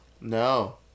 No